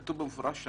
כתוב שם במפורש,